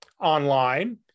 online